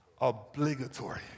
Obligatory